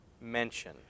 mention